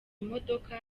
imodoka